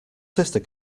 sister